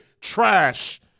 Trash